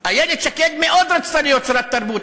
איילת שקד מאוד רצתה להיות שרת התרבות.